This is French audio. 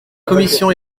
commission